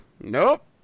nope